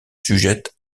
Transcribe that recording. sujette